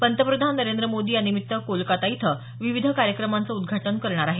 पंतप्रधान नरेंद्र मोदी यानिमित्त कोलकाता इथं विविध कार्यक्रमाचं उद्घाटन करणार आहेत